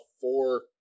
four